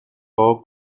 law